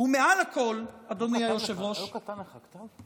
לא קטן לך הכתב?